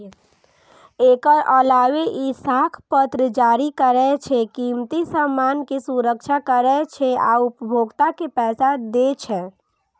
एकर अलावे ई साख पत्र जारी करै छै, कीमती सामान के सुरक्षा करै छै आ उपभोक्ता के पैसा दै छै